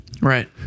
Right